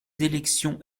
élections